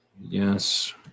yes